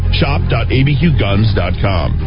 shop.abqguns.com